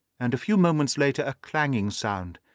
and a few moments later a clanging sound,